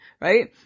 right